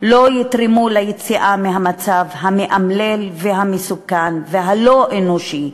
לא תתרום ליציאה מהמצב המאמלל והמסוכן והלא-אנושי,